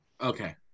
okay